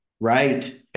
Right